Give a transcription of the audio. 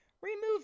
remove